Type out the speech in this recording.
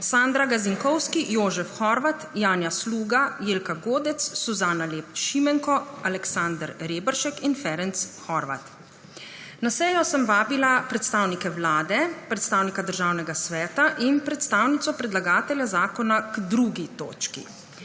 Sandra Gazinkovski, Jožef Horvat, Janja Sluga, Jelka Godec, Suzana Lep Šimenko, Aleksander Reberšek in Ferenc Horváth. Na sejo sem vabila predstavnike Vlade, predstavnika Državnega sveta in predstavnico predlagatelja zakona k 2. točki.